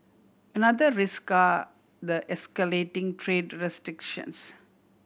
another risk are the escalating trade restrictions